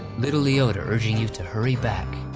little leota urging you to hurry back,